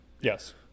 Yes